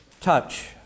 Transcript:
touch